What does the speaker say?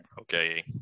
okay